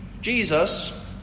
Jesus